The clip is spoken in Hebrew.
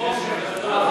בחושך הגדול.